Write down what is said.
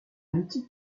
outil